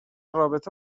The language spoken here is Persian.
رابطه